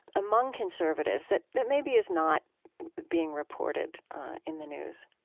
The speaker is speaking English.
among conservatives that that maybe is not being reported in the news